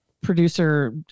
producer